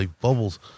Bubbles